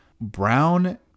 brown